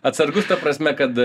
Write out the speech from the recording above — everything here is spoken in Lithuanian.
atsargus ta prasme kad